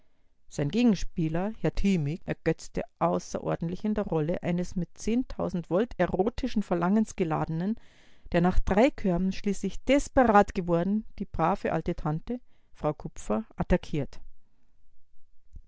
sein gegenspieler herr thimig ergötzte außerordentlich in der rolle eines mit zehntausend volt erotischen verlangens geladenen der nach drei körben schließlich desperat geworden die brave alte tante frau kupfer attackiert